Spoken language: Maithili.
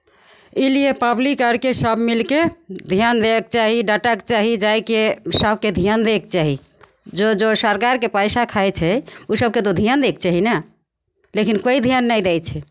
ई लिए पब्लिक आरके सभ मिलि कऽ ध्यान दयके चाही डाँटयके चाही जाय कऽ सभकेँ ध्यान दयके चाही जो जो सरकारके पैसा खाइ छै ओ सभके तऽ ध्यान दयके चाही ने लेकिन कोइ ध्यान नहि दै छै